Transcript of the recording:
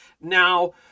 now